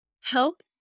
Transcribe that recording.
Help